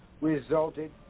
resulted